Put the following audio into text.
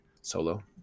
solo